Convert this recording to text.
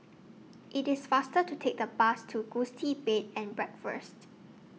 IT IS faster to Take The Bus to Gusti Bed and Breakfast